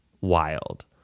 Wild